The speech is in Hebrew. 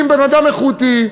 אם בן-אדם איכותי,